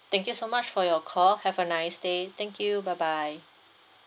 thank you so much for your call have a nice day thank you bye bye